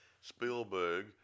Spielberg